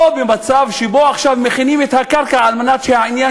לא במצב שבו עכשיו מכינים את הקרקע כדי שהעניין